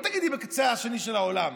לא תגידי בקצה השני של העולם.